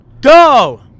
Go